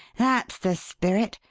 that's the spirit.